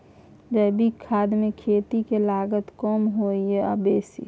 जैविक खाद मे खेती के लागत कम होय ये आ बेसी?